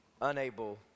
unable